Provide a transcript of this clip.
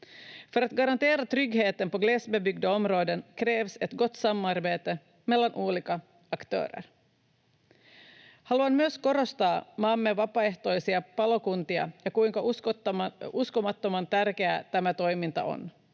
mellan olika aktörer. Haluan myös korostaa maamme vapaaehtoisia palokuntia ja sitä, kuinka uskomattoman tärkeää tämä toiminta on.